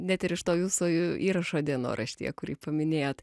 net ir iš to jūsų įrašo dienoraštyje kurį paminėjot